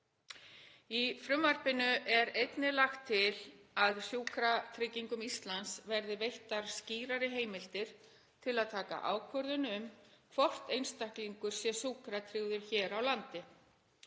Í frumvarpinu er einnig lagt til að Sjúkratryggingum Íslands verði veittar skýrari heimildir til að taka ákvörðun um hvort einstaklingur sé sjúkratryggður hér á landi.